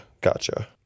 Gotcha